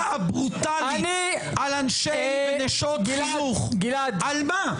למתקפה הברוטלית על אנשי ונשות חינוך, על מה?